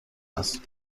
است